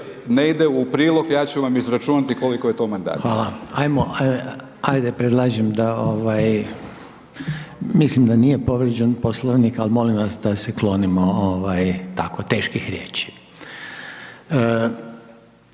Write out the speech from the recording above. ne ide u prilog, ja ću vam izračunati koliko je to mandata. **Reiner, Željko (HDZ)** Hvala. Ajde predlažem da ovaj, mislim da nije povrijeđen Poslovnik ali molim vas da se klonimo tako teških riječi.